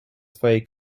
swej